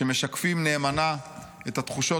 שמשקפים נאמנה את התחושות,